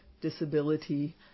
disability